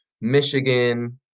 Michigan